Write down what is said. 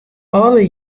alle